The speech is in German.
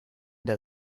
der